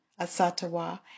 Asatawa